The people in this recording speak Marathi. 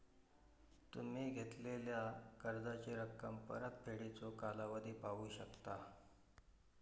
तुम्ही घेतलेला कर्जाची रक्कम, परतफेडीचो कालावधी पाहू शकता